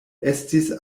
estis